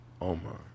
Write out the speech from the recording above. Omar